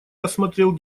рассмотрел